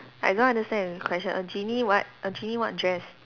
I don't understand the question a genie what a genie what dress